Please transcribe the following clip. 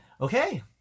Okay